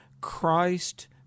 Christ